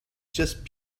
just